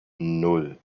nan